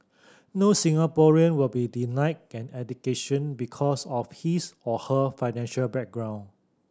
no Singaporean will be denied an education because of his or her financial background